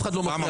למה?